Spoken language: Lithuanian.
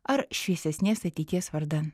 ar šviesesnės ateities vardan